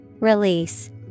Release